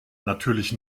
natürlich